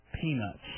Peanuts